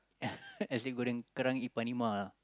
nasi-goreng-kerang Ipan-Imah lah